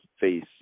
face